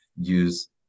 use